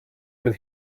mit